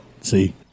see